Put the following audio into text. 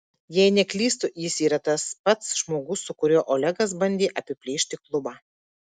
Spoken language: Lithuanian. jei neklystu jis yra tas pats žmogus su kuriuo olegas bandė apiplėšti klubą